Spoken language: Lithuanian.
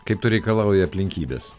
kaip to reikalauja aplinkybės